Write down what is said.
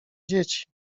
dzieci